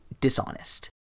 dishonest